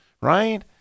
right